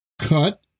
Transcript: cut